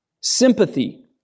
sympathy